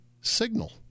signal